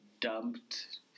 dumped